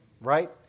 right